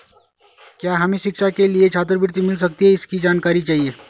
क्या हमें शिक्षा के लिए छात्रवृत्ति मिल सकती है इसकी जानकारी चाहिए?